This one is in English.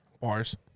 Bars